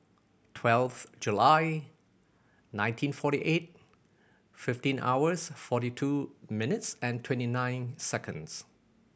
twelve July nineteen forty eight fifteen hours forty two minutes and twenty nine seconds